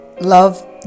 love